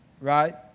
right